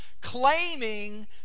claiming